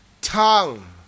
tongue